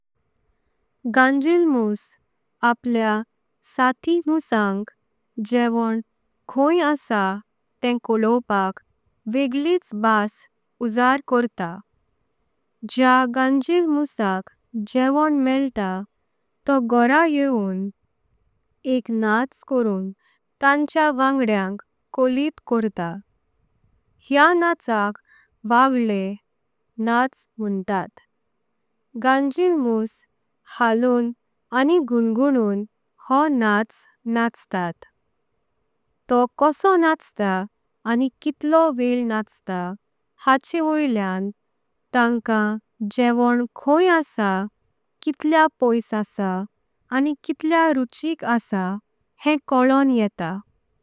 गंजिल्मुस आपल्या साठी मुसंक जेवणं कोण आहे ते। कळवपाक वेगळच भाष उजाड करता जे गंजिल्मुसक। जेवणं मेळटा तो घरा येवून एक नाच करून ताचेआ। वांगडेंक कॉलिट करता हे आ नाचनं झगले नाच म्हणतात। गंजिल्मुस हलून आणि गुणगुणून हो नाच नाचता तो कसो। नाचता आणि कितला वेळ नाचता हाचें वळीआं। तंकां जेवणं कोण आहे कितल्या पोईस आहे। आणि कितल्या रुचिक आहे हें कळोन येता।